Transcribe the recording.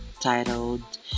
titled